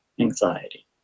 anxiety